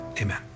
Amen